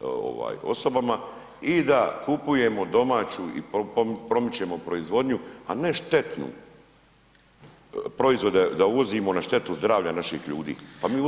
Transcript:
ovaj osobama i da kupujemo domaću i promičemo proizvodnju, a ne štetnu, proizvode da uvozimo na štetu zdravlja naših ljudi, pa mi uvozimo